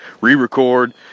re-record